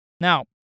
Now